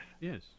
Yes